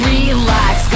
Relax